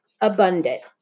Abundant